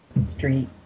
street